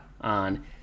on